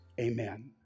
amen